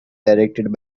directed